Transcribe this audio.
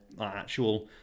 Actual